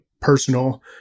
personal